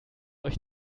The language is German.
euch